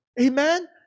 Amen